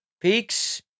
peaks